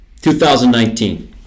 2019